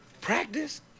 Practice